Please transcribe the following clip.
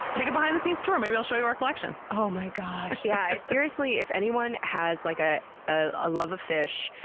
take a behind-the-scenes tour. maybe i'll show you our collection. oh my gosh! yeah, seriously. if anyone has like ah ah a love of fish,